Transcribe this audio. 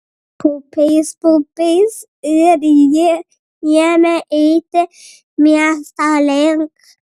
paupiais paupiais ir ji ėmė eiti miesto link